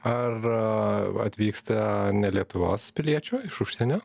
ar atvyksta ne lietuvos piliečių iš užsienio